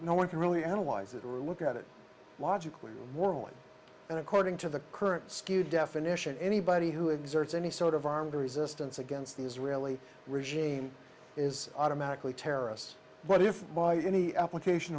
no one can really analyze it look at it logically world and according to the current skewed definition anybody who exerts any sort of armed resistance against the israeli regime is automatically terrorists but if by any application